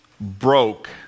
broke